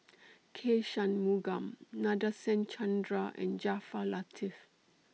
K Shanmugam Nadasen Chandra and Jaafar Latiff